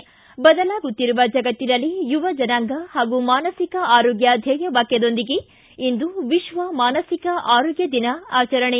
ು ಬದಲಾಗುತ್ತಿರುವ ಜಗತ್ತಿನಲ್ಲಿ ಯುವ ಜನಾಂಗ ಹಾಗೂ ಮಾನಸಿಕ ಆರೋಗ್ಯ ಧ್ಯೇಯ ವಾಕ್ಕದೊಂದಿಗೆ ಇಂದು ವಿಶ್ವ ಮಾನಸಿಕ ಆರೋಗ್ಯ ದಿನ ಆಚರಣೆ